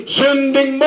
sending